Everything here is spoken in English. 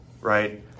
right